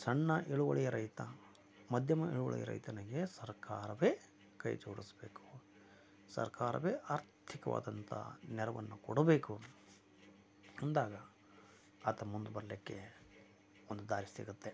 ಸಣ್ಣ ಇಳುವರಿಯ ರೈತ ಮಧ್ಯಮ ಇಳುವರಿಯ ರೈತನಿಗೆ ಸರ್ಕಾರವೆ ಕೈ ಜೋಡಿಸಬೇಕು ಸರ್ಕಾರವೆ ಆರ್ಥಿಕವಾದಂತ ನೆರವನ್ನು ಕೊಡಬೇಕು ಅಂದಾಗ ಆತ ಮುಂದೆ ಬರಲಿಕ್ಕೆ ಒಂದು ದಾರಿ ಸಿಗುತ್ತೆ